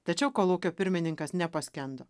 tačiau kolūkio pirmininkas nepaskendo